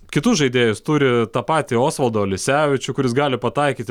kitus žaidėjus turi tą patį osvaldą olisevičių kuris gali pataikyti